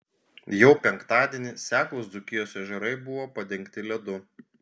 jau penktadienį seklūs dzūkijos ežerai buvo padengti ledu